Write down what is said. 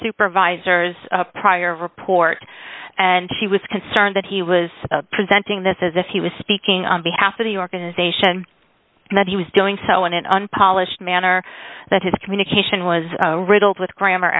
supervisors prior report and she was concerned that he was presenting this as if he was speaking on behalf of the organization and that he was doing so on and on polish manner that his communication was riddled with grammar